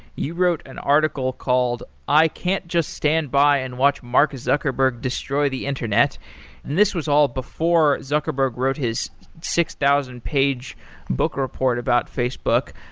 you wrote an article called i can't just stand by and watch mark zuckerberg destroy the internet, and this was all before zuckerberg wrote his six thousand page book report about facebook.